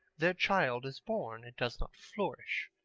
their child is born. it does not flourish.